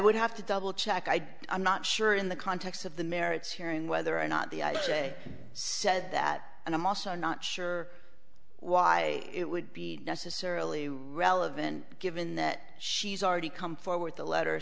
would have to double check i i'm not sure in the context of the merits hearing whether or not the i j a said that and i'm also not sure why it would be necessarily relevant given that she's already come forward the letter